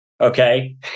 okay